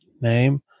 name